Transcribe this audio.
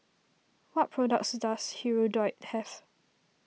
what products does Hirudoid have